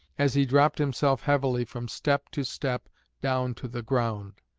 as he dropped himself heavily from step to step down to the ground.